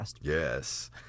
Yes